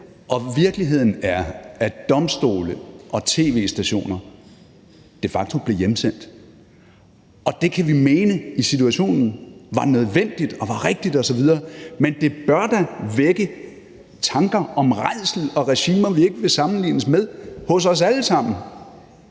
og virkeligheden er, at domstole og tv-stationer de facto blev hjemsendt, og det kan vi mene i situationen var nødvendigt og var rigtigt osv. Men det bør da vække tanker om rædsel og regimer, vi ikke vil sammenlignes med, hos os alle sammen.